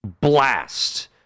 blast